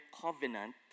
covenant